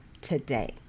today